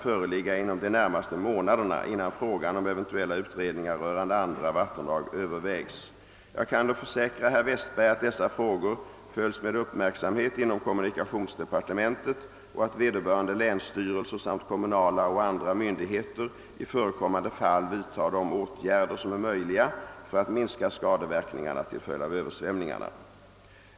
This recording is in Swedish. föreligga inom de närmaste månaderna — innan frågan om eventuella utredningar rörande andra vattendrag övervägs. Jag kan dock försäkra herr Westberg att dessa frågor följs med uppmärksamhet inom kommunikationsdepartementet och att vederbörande länsstyrelser samt kommunala och andra myndigheter i förekommande fall vidtar de åtgärder som är möjliga för att minska skadeverkningarna till följd av översvämningarna.